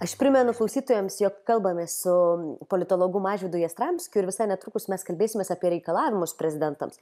aš primenu klausytojams jog kalbamės su politologu mažvydu jastramskiu ir visai netrukus mes kalbėsimės apie reikalavimus prezidentams